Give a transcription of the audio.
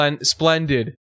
Splendid